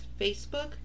Facebook